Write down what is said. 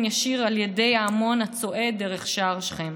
ישיר על ידי ההמון הצועד דרך שער שכם.